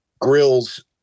Grills